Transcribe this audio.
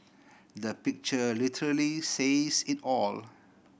the picture literally says it all